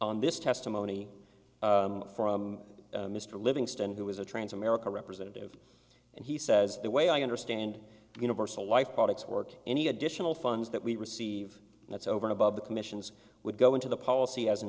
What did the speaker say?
on this testimony from mr livingston who is a trans america representative and he says the way i understand universal life products or any additional funds that we receive that's over and above the commissions would go into the policy as an